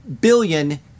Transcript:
billion